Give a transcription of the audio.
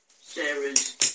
Sarah's